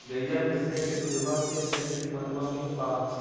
गईया भैसिया के दूधबा के सही किमतबा मिल पा?